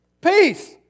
Peace